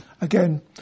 again